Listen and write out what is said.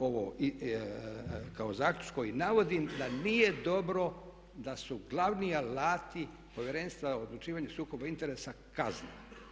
Ovo kao zaključak koji navodim da nije dobro da su glavni alati Povjerenstva o odlučivanju sukoba interesa kazna.